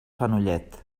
fenollet